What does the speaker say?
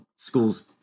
schools